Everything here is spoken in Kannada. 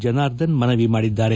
ಜನಾರ್ದನ್ ಮನವಿ ಮಾಡಿದ್ದಾರೆ